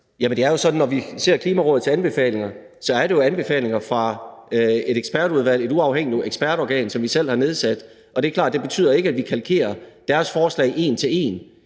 det er jo sådan, at når vi ser Klimarådets anbefalinger, er det jo anbefalinger fra et ekspertudvalg – et uafhængigt ekspertorgan – som vi selv har nedsat. Det er klart, at det betyder ikke, at vi kalkerer deres forslag en til en,